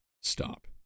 stop